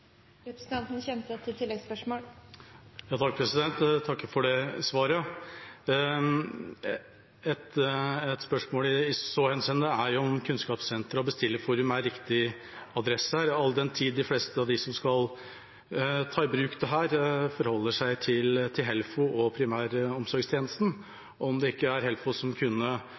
Takk for det svaret. Et spørsmål i så henseende er om Kunnskapssenteret og Bestillerforum er riktig adresse her, all den tid de fleste av dem som skal ta i bruk dette, forholder seg til HELFO og primærhelsetjenesten, og om det ikke er HELFO, som har kvalitetssikret blodsukkermålerutstyr gjennom ti år, som kunne